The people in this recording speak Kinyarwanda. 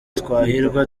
twahirwa